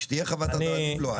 שתהיה במלואה.